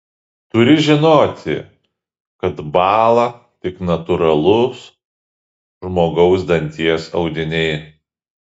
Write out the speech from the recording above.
turi žinoti kad bąla tik natūralūs žmogaus danties audiniai